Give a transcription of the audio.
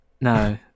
No